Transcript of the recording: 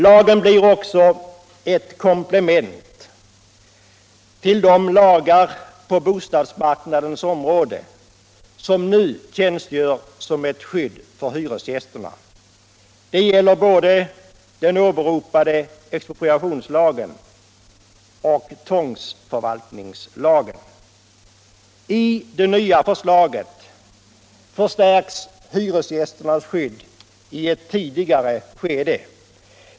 Lagen blir också ett komplement till de lagar på bostadsmarknaden som nu tjänar som skydd för hyresgästerna. Det gäller både den åberopade expropriationslagen och tvångsförvaltningslagen. I det nya förslaget förstärks hyresgästernas skydd i ett tidigare skede.